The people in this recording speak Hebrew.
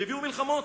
ויביאו מלחמות.